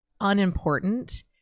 unimportant